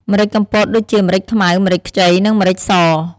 ម្រេចកំពតដូចជា ម្រេចខ្មៅ ម្រេចខ្ចី និងម្រេចស។